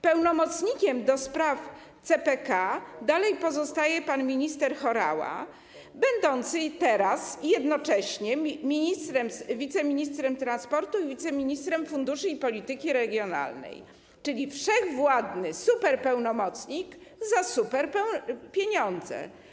Pełnomocnikiem do spraw CPK dalej pozostaje pan minister Horała będący teraz jednocześnie wiceministrem transportu i wiceministrem funduszy i polityki regionalnej, czyli wszechwładny superpełnomocnik za superpieniądze.